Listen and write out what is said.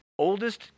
Oldest